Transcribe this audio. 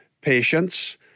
patience